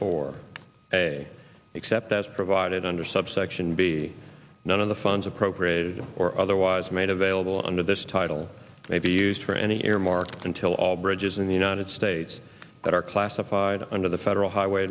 four a except as provided under subsection be none of the funds appropriated or otherwise made available under this title may be used for any earmark until all bridges in the united states that are classified under the federal highway